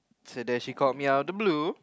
so there called me out of the blue